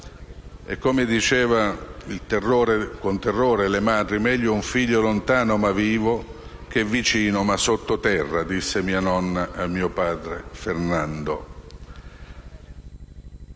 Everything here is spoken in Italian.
Come dicevano con terrore le madri: «"Meglio un figlio lontano ma vivo che vicino ma sotto terra, disse mia nonna a mio padre Fernando"».